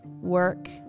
work